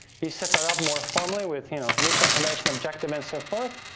you set that up more formally with you know misinformation, objective, and so forth,